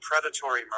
predatory